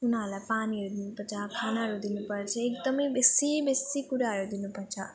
उनीहरूलाई पानीहरू दिनु पर्छ खानाहरू दिनु पर्छ एकदम बेसी बेसी कुराहरू दिनु पर्छ